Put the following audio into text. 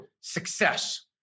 success